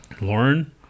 Lauren